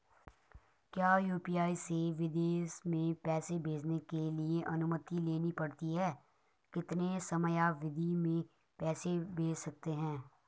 क्या यु.पी.आई से विदेश में पैसे भेजने के लिए अनुमति लेनी पड़ती है कितने समयावधि में पैसे भेज सकते हैं?